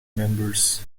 members